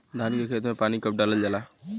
धान के खेत मे पानी कब डालल जा ला?